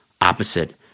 opposite